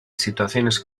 situaciones